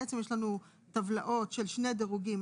בעצם יש לנו טבלאות של שני דירוגים,